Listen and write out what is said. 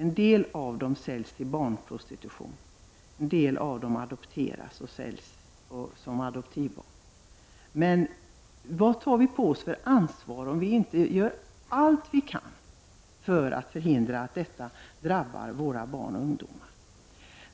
En del av dem säljs till barnprostitution. En del av dem säljs som adoptivbarn. Men vilket ansvar tar vi i Sverige på oss om vi inte gör allt vi kan för att förhindra att detta drabbar våra barn och ungdomar?